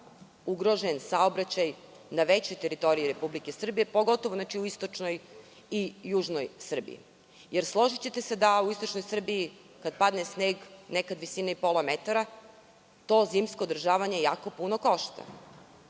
ugrožen saobraćaj na većoj teritoriji Republike Srbije, pogotovo u istočnoj i južnoj Srbiji, jer složićete se da u istočnoj Srbiji, kad padne sneg nekad visine i pola metra, to zimsko održavanje jako puno košta.